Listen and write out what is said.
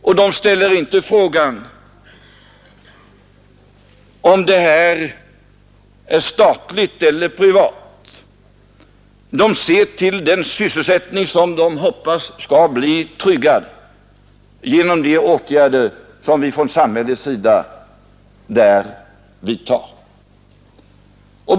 De frågar heller inte efter om det gäller statlig eller privat verksamhet, utan de ser endast till den sysselsättning som de hoppas skall bli tryggad genom de åtgärder, som vi från samhällets sida vidtar.